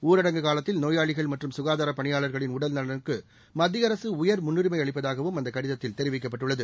ஊரடங்கு காலத்தில் நோயாளிகள் மற்றும் சுகாதாரப் பணியாளர்களின் உடல் நலனுக்கு மத்திய அரசு உயர் முன்னுரிமை அளிப்பதாகவும் அந்த கடிதத்தில் தெரிவிக்கப்பட்டுள்ளது